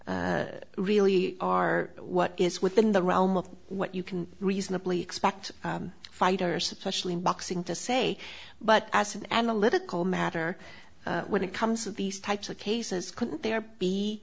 case really are what is within the realm of what you can reasonably expect fighters specially in boxing to say but as an analytical matter when it comes to these types of cases could there be